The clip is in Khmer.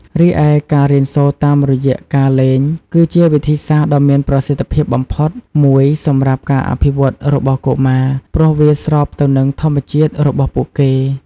រីឯការរៀនសូត្រតាមរយៈការលេង គឺជាវិធីសាស្ត្រដ៏មានប្រសិទ្ធភាពបំផុតមួយសម្រាប់ការអភិវឌ្ឍរបស់កុមារ ព្រោះវាស្របទៅនឹងធម្មជាតិរបស់ពួកគេ។